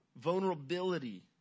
vulnerability